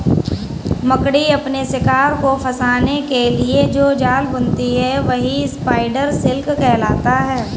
मकड़ी अपने शिकार को फंसाने के लिए जो जाल बुनती है वही स्पाइडर सिल्क कहलाता है